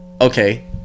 okay